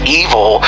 evil